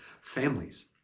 families